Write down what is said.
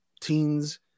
teens